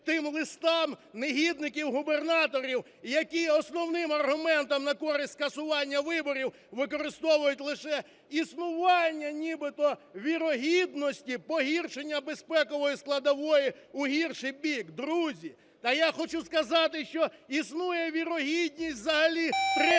тим листам негідників губернаторів, які основним аргументом на користь скасування виборів використовують лише існування нібито вірогідності погіршення безпекової складової у гірший бік. Друзі, та я хочу сказати, що існує вірогідність взагалі Третьої